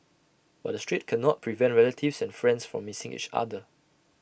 but the strait cannot prevent relatives and friends from missing each other